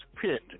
pit